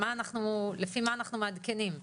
לפי מה אנחנו מעדכנים?